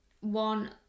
one